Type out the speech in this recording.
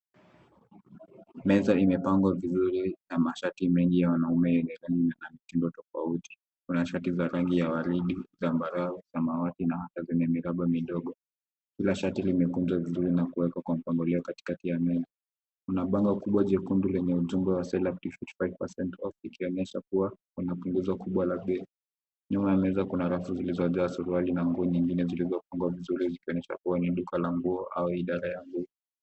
Meza imepangwa vizuri na mashati mengi ya wanaume yaliyo na mtindo tofauti. Kuna shati ya rangi ya waridi, zambarau, samawati na zenye miraba midogo. Kila shati limekunjwa vizuri na kuwekwa kwa mpangilio katikati ya meza. Kuna bango kubwa jekundu lenye ujumbe wa sale 55% off ikionyesha kuwa kuna punguzo kubwa la bei. Nyuma ya meza kuna rafu zilizojaa suruali na nguo nyingine zilizofungwa vizuri zikonyesha kuwa ni duka la nguo au idara ya bei.